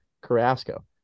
Carrasco